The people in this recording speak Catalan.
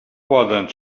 poden